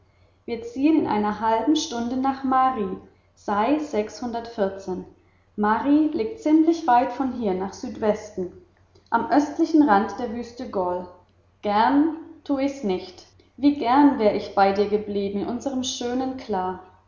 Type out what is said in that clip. wir ziehen in einer halben stunde nach marie liegt ziemlich weit von hier nach südwesten am östlichen rand der wüste gol gern tu ich's nicht wie gern wäre ich bei dir geblieben in unserm schönen kla